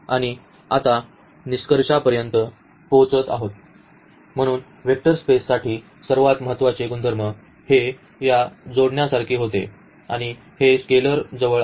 आणि आता निष्कर्षापर्यंत पोचत आहे म्हणून वेक्टर स्पेससाठी सर्वात महत्त्वाचे गुणधर्म हे या जोडण्यासारखे होते आणि हे स्केलर जवळ आहे